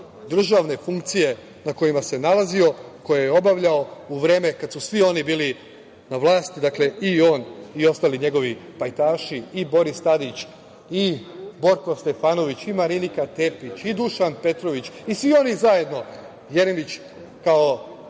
državne funkcije na kojima se nalazio, koje je obavljao u vreme kada su svi oni bili na vlasti, dakle i on i ostali njegovi pajtaši, i Boris Tadić, i Borko Stefanović, i Marinika Tepić, i Dušan Petrović i svi oni zajedno, Jeremić kao